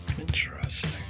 Interesting